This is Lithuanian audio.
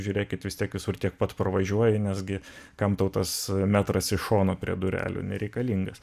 žiūrėkit vis tiek visur tiek pat pravažiuoja nesgi kam tau tas metras iš šono prie durelių nereikalingas